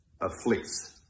afflicts